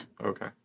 Okay